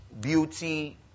beauty